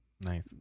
Nice